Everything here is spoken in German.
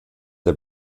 der